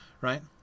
right